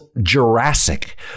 Jurassic